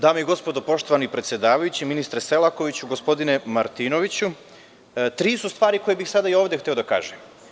Dame i gospodo, poštovani predsedavajući, ministre Selakoviću, gospodine Martinoviću, tri su stvari koje bih i ovde sada hteo da kažem.